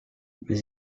mais